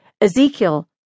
Ezekiel